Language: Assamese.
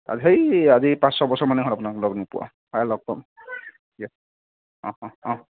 সেই আজি পাছ ছয় বছৰমানেই হ'ল আপোনাক লগ নোপোৱা কাইলৈ লগ পাম দিয়ক